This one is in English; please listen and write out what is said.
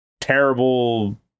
terrible